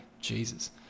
jesus